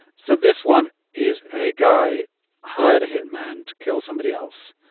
so this one is a guy hired a hitman to kill somebody else.